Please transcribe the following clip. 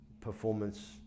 performance